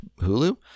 Hulu